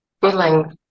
feeling